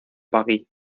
parís